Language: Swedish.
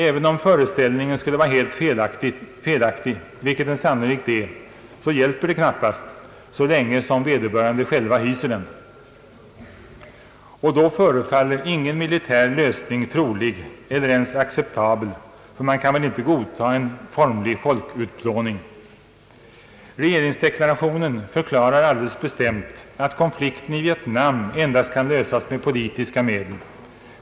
Även om den föreställningen skulle vara helt felaktig — vilket den sannolikt är — så hjälper det knappast så länge vederbörande själva hyser den, och då förefaller ingen militär lösning trolig eller ens acceptabel för man kan väl inte godta en formlig folkutplåning. Regeringsdeklarationen förklarar alldeles bestämt att konflikten i Vietnam endast kan lösas med politiska medel.